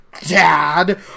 dad